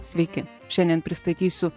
sveiki šiandien pristatysiu